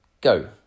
go